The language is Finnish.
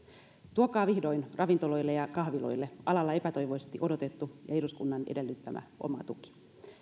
tuokaa vihdoin ravintoloille ja kahviloille alalla epätoivoisesti odotettu ja eduskunnan edellyttämä oma tuki